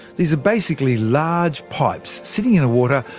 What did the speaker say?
these are basically large pipes sitting in the water,